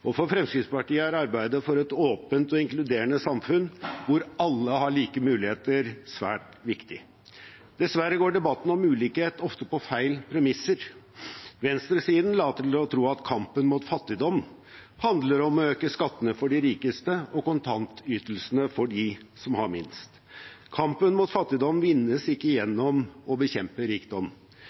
og for Fremskrittspartiet er arbeidet for et åpent og inkluderende samfunn hvor alle har like muligheter, svært viktig. Dessverre går debatten om ulikhet ofte på feil premisser. Venstresiden later til å tro at kampen mot fattigdom handler om å øke skattene for de rikeste – og kontantytelsene for dem som har minst. Kampen mot fattigdom vinnes ikke gjennom å bekjempe rikdom